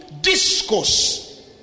discourse